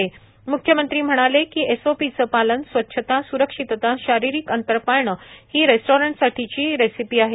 म्ख्यमंत्री म्हणाले की एसओपीचे पालन स्वच्छता स्रक्षितता शारीरिक अंतर पाळणे ही रेस्टॉरंटसाठीची रेसीपी आहे